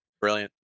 Brilliant